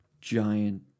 giant